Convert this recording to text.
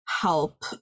help